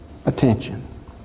Attention